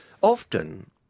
often